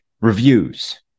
Reviews